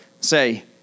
Say